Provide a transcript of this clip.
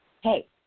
Hey